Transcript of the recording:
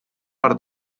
per